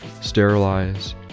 Sterilize